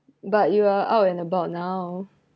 but you are out and about now